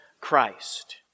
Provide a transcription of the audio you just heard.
Christ